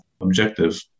Objective